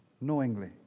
knowingly